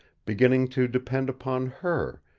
beginning to depend upon her,